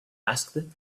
asked